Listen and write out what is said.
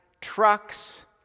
trucks